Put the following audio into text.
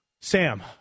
Sam